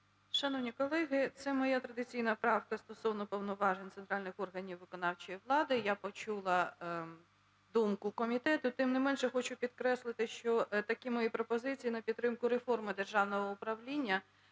Шановні колеги, це моя традиційна правка стосовно повноважень центральних органів виконавчої влади. Я почула думку комітету, тим не менше хочу підкреслити, що такі мої пропозиції на підтримку реформи державного управління